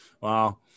Wow